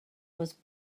was